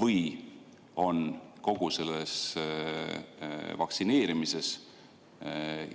või on kogu selles vaktsineerimises